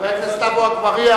חבר הכנסת עפו אגבאריה,